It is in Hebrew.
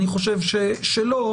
אני חושב שלא.